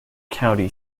county